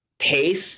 taste